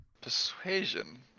Persuasion